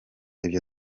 ibyo